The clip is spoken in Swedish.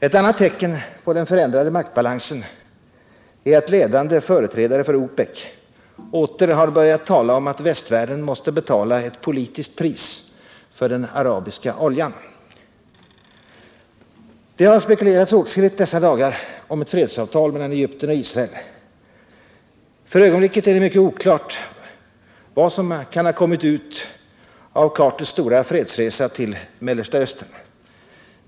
Ett annat tecken på den förändrade maktbalansen är att ledande företrädare för OPEC åter börjat tala om att västvärlden måste betala ett politiskt pris för den arabiska oljan. Det har spekulerats åtskilligt dessa dagar om ett fredsavtal mellan Egypten och Israel. För ögonblicket är det mycket oklart vad som kan ha kommit ut av Carters stora fredsresa till Mellersta Östern.